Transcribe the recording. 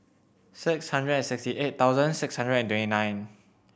six hundred and sixty eight thousand six hundred and twenty nine